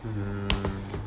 mmhmm